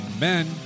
men